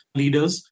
leaders